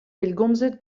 pellgomzet